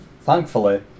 thankfully